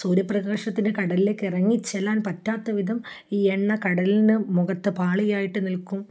സൂര്യപ്രകാശത്തിന് കടലിലേക്കിറങ്ങിച്ചെലാൻ പറ്റാത്ത വിധം ഈ എണ്ണ കടലിന് മുഖത്ത് പാളിയായിട്ട് നിൽക്കും